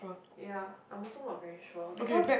ya I'm also not very sure because